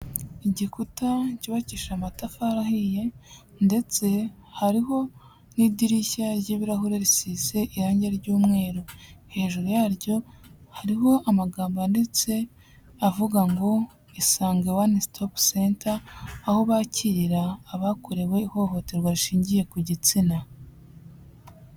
Igikuta cyubakishije amatafari ahiye ndetse hariho n'idirishya ry'ibirahure risize irangi ry'umweru, hejuru yaryo hariho amagambo yanditse avuga ngo isange wane sitopu senta aho bakirira abakorewe ihohoterwa rishingiye ku gitsina.